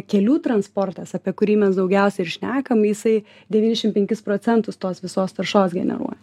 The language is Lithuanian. kelių transportas apie kurį mes daugiausia ir šnekam jisai devyniasdešimt penkis procentus tos visos taršos generuoja